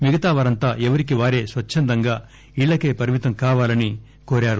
మిగతా వారంతా ఎవరికి వారే స్వచ్చందంగా ఇళ్లకే పరిమితం కావాలని కోరారు